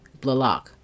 Blalock